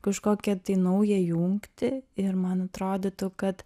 kažkokią tai naują jungtį ir man atrodytų kad